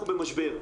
אנחנו במשבר.